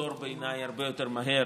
לפתור בעיניי הרבה יותר מהר,